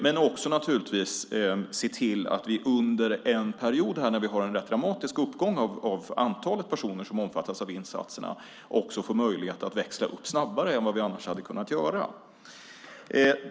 Vi skulle naturligtvis också kunna se till att vi under en period när vi har en rätt dramatisk uppgång av antalet personer som omfattas av insatserna får möjlighet att växla upp snabbare än vi annars hade kunnat göra.